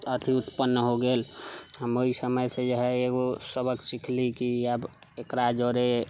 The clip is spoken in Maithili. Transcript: अथी उत्पन्न हो गेल हम ओहि समयसँ जे है एकगो सबक सिखली कि आब एकरा जरे